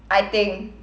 I think